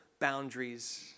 boundaries